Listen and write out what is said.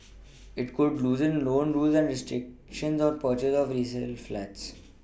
it could loosen loan rules and restrictions on purchase of resale flats